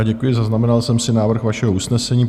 Děkuji, zaznamenal jsem si návrh vašeho usnesení.